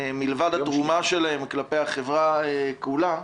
מלבד התרומה שלהם לחברה כולה,